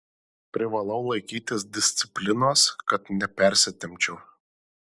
privalau laikytis disciplinos kad nepersitempčiau